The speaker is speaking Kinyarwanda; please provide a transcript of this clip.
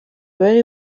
bari